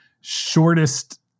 shortest